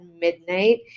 midnight